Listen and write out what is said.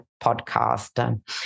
podcast